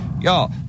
y'all